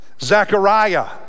Zechariah